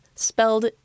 spelled